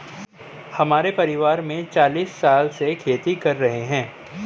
हमारे परिवार में चालीस साल से खेती कर रहे हैं